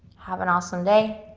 have an awesome day.